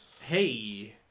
Hey